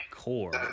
core